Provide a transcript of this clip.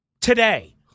today